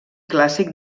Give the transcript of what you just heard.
clàssic